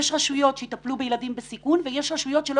יש רשויות שיטפלו בילדים בסיכון ויש רשויות שלא